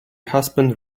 husband